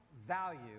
value